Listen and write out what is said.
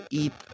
eat